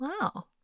Wow